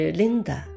Linda